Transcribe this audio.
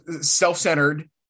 self-centered